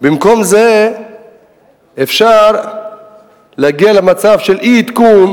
במקום זה אפשר להגיע למצב של אי-עדכון